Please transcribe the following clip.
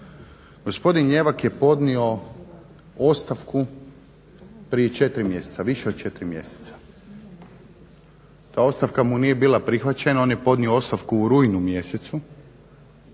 Gospodin Ljevak je podnio ostavku prije 4 mjeseca, više od 4 mjeseca. Ta ostavka mu nije bila prihvaćena. On je podnio ostavku u rujnu mjesecu